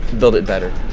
build it better.